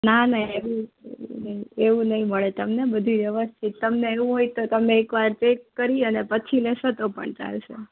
ના ના એવી રીતે એવું નહીં મળે તમને બધુંય વ્યવસ્થિત તમને એવું હોય તો તમે એકવાર ચેક કરી અને પછી લેશો તો પણ ચાલશે